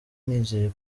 nizeye